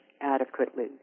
adequately